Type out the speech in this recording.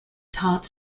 taught